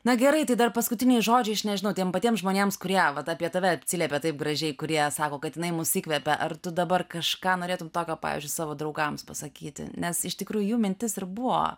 na gerai tai dar paskutiniai žodžiai aš nežinau tiem patiem žmonėms kurie vat apie tave atsiliepė taip gražiai kurie sako kad jinai mus įkvepia ar tu dabar kažką norėtum tokio pavyzdžiui savo draugams pasakyti nes iš tikrųjų jų mintis ir buvo